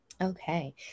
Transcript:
Okay